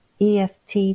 EFT